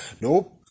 Nope